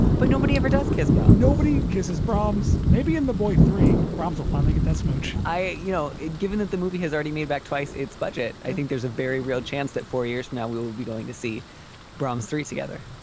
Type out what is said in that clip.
but nobody ever does kiss brown. nobody kisses brahms. maybe in the boy three bromwell. finally get that smooch i you know, given that the movie has already made back twice its budget. i think there's a very real chance that four years now we'll we'll be going to see brahms' three together.